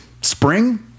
spring